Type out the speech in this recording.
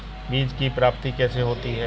बीज की प्राप्ति कैसे होती है?